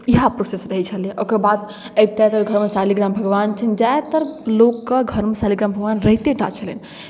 इएह प्रोसेस रहैत छलै ओकर बाद अबितथि ओहि घरमे शालिग्राम भगवान छनि ज्यादातर लोकके घरमे शालिग्राम भगवान रहिते टा छलनि